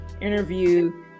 interview